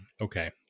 Okay